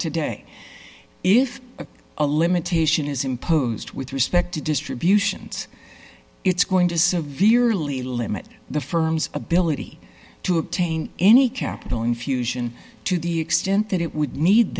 today if a limitation is imposed with respect to distributions it's going to severely limit the firm's ability to obtain any capital infusion to the extent that it would need